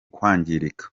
kwangirika